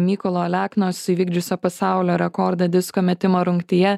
mykolo aleknos įvykdžiusio pasaulio rekordą disko metimo rungtyje